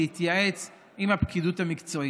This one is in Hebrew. להתייעץ עם הפקידות המקצועית.